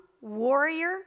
warrior